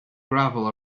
gravel